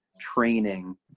training